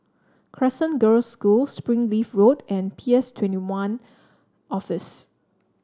Crescent Girls' School Springleaf Road and P S Twenty One Office